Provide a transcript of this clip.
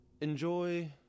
enjoy